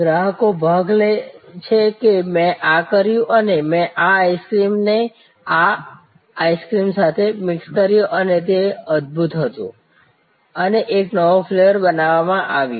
ગ્રાહકો ભાગ લે છે કે મેં આ કર્યું અને મેં આ આઈસ્ક્રીમને આ આઈસ્ક્રીમ સાથે મિક્સ કર્યો અને તે અદ્ભુત હતું અને એક નવો ફ્લેવર બનાવવામાં આવ્યો